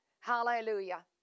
Hallelujah